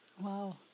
Wow